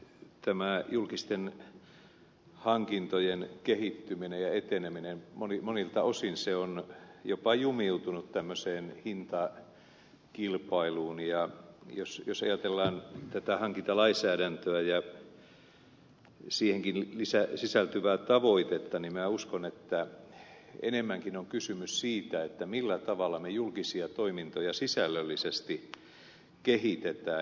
tämä julkisten hankintojen kehittyminen ja eteneminen monilta osin on jopa jumiutunut tämmöiseen hintakilpailuun ja jos ajatellaan tätä hankintalainsäädäntöä ja siihenkin sisältyvää tavoitetta niin minä uskon että enemmänkin on kysymys siitä millä tavalla me julkisia toimintoja sisällöllisesti kehitämme